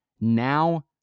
now